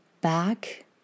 back